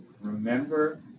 remember